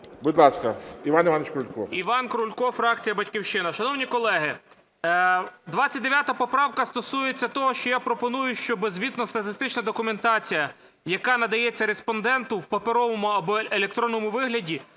Будь ласка, Іван Іванович Крулько. 15:08:44 КРУЛЬКО І.І. Іван Крулько, фракція "Батьківщина". Шановні колеги, 29 поправка стосується того, що я пропоную, щоб звітно-статистична документація, яка надається респонденту в паперовому або електронному вигляді,